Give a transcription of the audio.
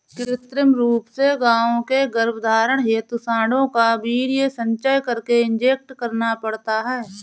कृत्रिम रूप से गायों के गर्भधारण हेतु साँडों का वीर्य संचय करके इंजेक्ट करना पड़ता है